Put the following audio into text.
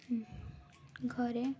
ଘରେ